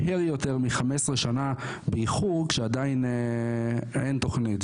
מהר יותר מ-15 שנה באיחור כשעדיין אין תוכנית.